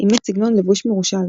אימץ סגנון לבוש מרושל.